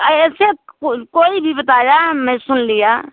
ऐसे कोई भी बताया मैं सुन लिया